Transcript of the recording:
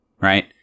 right